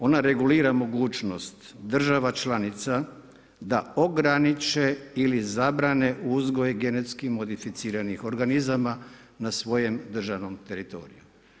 Ona regulira mogućnost država članica da ograniče ili zabrane uzgoj genetski modificiranih organizama na svojem državnom teritoriju.